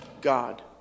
God